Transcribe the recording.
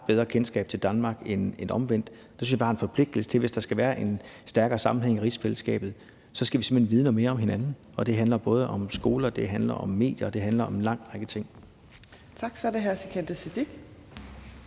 bedre kendskab til Danmark end omvendt. Det synes jeg vi har en forpligtelse til. Hvis der skal være en stærkere sammenhæng i rigsfællesskabet, skal vi simpelt hen vide noget mere om hinanden. Og det handler både om skoler, det handler om medier, det handler om en lang række ting. Kl. 15:47 Tredje